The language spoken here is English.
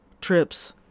trips